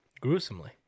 Gruesomely